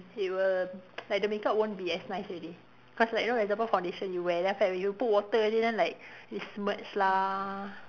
they will like the makeup won't be as nice already cause like you know example foundation you wear then after that when you put water already then like it's smudged lah